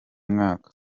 mwaka